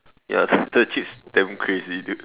ya the chips damn crazy dude